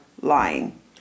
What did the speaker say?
lying